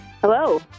Hello